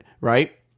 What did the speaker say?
right